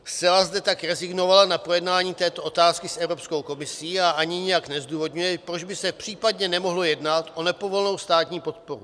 Zcela zde tak rezignovala na projednání této otázky s Evropskou komisí a ani nijak nezdůvodňuje, proč by se případně nemohlo jednat o nepovolenou státní podporu.